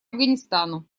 афганистану